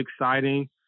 exciting